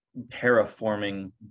terraforming